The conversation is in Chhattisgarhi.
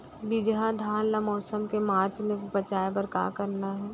बिजहा धान ला मौसम के मार्च ले बचाए बर का करना है?